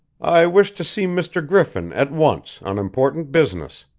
i wish to see mr. griffin at once on important business,